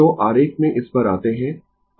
Refer Slide Time 0026 तो आरेख में इस पर आते है